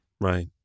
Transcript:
Right